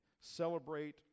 celebrate